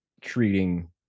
treating